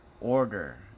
order